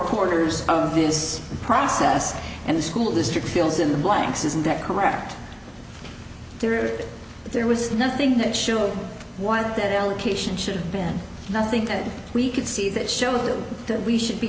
corners of this process and the school district feels in the blanks isn't that correct there if there was nothing that should want that allocation should have been nothing that we could see that show that we should be